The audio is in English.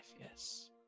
yes